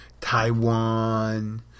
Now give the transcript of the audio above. taiwan